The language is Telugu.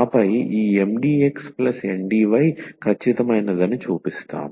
ఆపై ఈ 𝑀𝑑𝑥 𝑁𝑑𝑦 ఖచ్చితమైనదని చూపిస్తాము